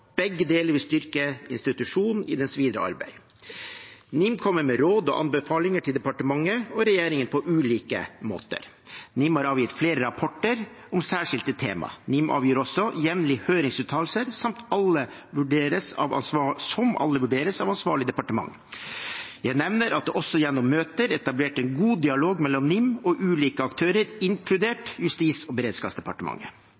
Begge deler vil styrke institusjonen i dens videre arbeid. NIM kommer med råd og anbefalinger til departementet og regjeringen på ulike måter. NIM har avgitt flere rapporter om særskilte temaer. NIM avgir også jevnlig høringsuttalelser som alle vurderes av ansvarlig departement. Jeg nevner at det også gjennom møter er etablert en god dialog mellom NIM og ulike aktører,